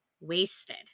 wasted